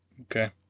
Okay